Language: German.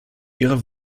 ihrer